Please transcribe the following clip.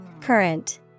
Current